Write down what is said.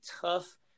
tough